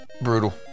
Brutal